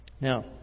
Now